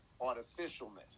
artificialness